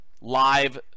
live